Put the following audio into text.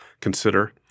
consider